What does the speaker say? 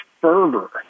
fervor